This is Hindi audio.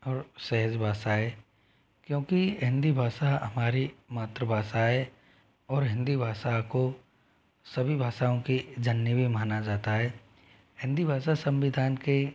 और सहज भाषा है क्योंकि हिंदी भाषा हमारी मातृभाषा है और हिंदी भाषा को सभी भाषाओं की जननी भी माना जाता है हिंदी भाषा संविधान के